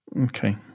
Okay